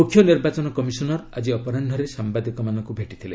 ମୁଖ୍ୟ ନିର୍ବାଚନ କମିଶନର୍ ଆଜି ଅପରାହରେ ସାମ୍ବାଦିକମାନଙ୍କୁ ଭେଟିଥିଲେ